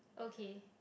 okay